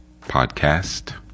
Podcast